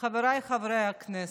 חבריי חברי הכנסת,